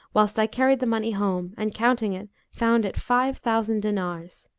whilst i carried the money home, and counting it, found it five thousand dinars.